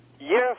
Yes